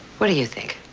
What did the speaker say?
what do you think?